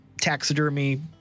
taxidermy